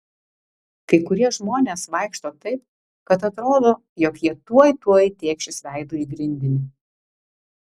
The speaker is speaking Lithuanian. kai kurie žmonės vaikšto taip kad atrodo jog jie tuoj tuoj tėkšis veidu į grindinį